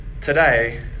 Today